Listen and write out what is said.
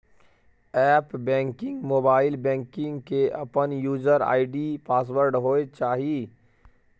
app banking, mobile banking के अपन user ID password होय चाहिए